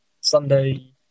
Sunday